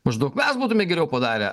maždaug mes būtume geriau padarę